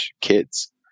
kids